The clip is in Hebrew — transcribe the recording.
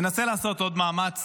ננסה לעשות עוד מאמץ